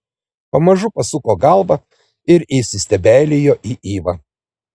pamažu pasuko galvą ir įsistebeilijo į ivą